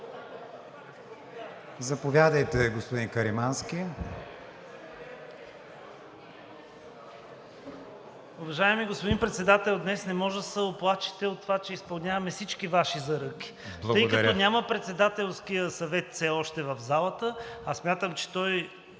Заповядайте, господин Каримански.